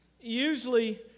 Usually